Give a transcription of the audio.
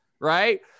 right